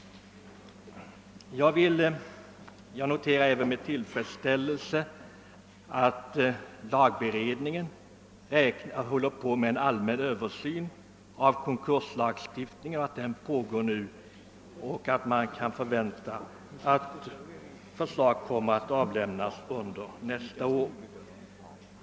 Det är även tillfredsställande att lagberedningen håller på med en allmän Ööversyn av konkurslagstiftningen och att man kan räkna med att förslag avlämnas under nästa år.